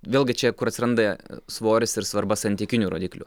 vėlgi čia kur atsirandė svoris ir svarba santykinių rodiklių